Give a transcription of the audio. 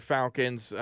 Falcons